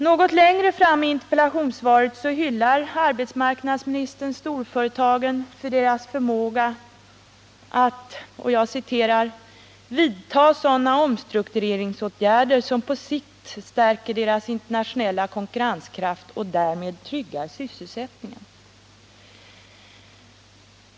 Något längre fram i interpellationssvaret hyllar arbetsmarknadsministern storföretagen för deras förmåga att vidta ”sådana omstruktureringsåtgärder som på sikt stärker deras internationella konkurrenskraft och därmed tryggar sysselsättningen”.